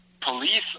police